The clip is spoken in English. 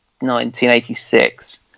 1986